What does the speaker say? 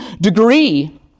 degree